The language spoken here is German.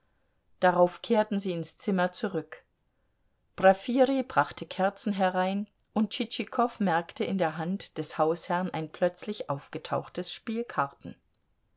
darauf kehrten sie ins zimmer zurück profirij brachte kerzen herein und tschitschikow merkte in der hand des hausherrn ein plötzlich aufgetauchtes spiel karten